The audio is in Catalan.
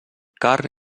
carn